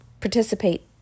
participate